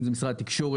בין זה משרד התקשורת